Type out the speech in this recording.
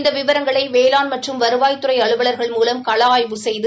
இந்த விவரங்களை வேளாண் மற்றும் வருவாய்த்துறை அலுவவ்கள் மூலம் கள ஆய்வு செய்து